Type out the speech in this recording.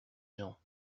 gens